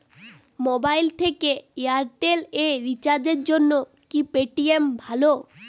Mobile থেকে Airtel এ রিচার্জের জন্য কি পেটিএম ভালো?